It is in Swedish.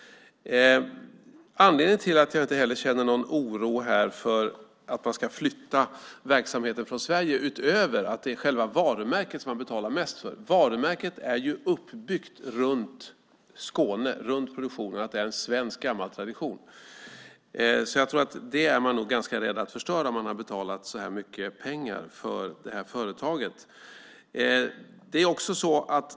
Anledningen till att jag inte heller känner någon oro för att verksamheten ska flyttas från Sverige beror på att man betalar mest för själva varumärket. Varumärket är uppbyggt runt Skåne, att produktionen är svensk gammal tradition. Man är nog rädd för att förstöra något sådant när man har betalat så mycket pengar för företaget.